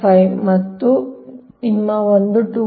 5 ಮತ್ತು ಇದು ನಿಮ್ಮ ಒಂದು 2